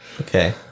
Okay